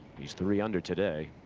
he's three under today.